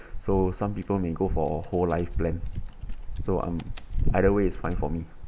so some people may go for a whole life plan so I'm either way is fine for me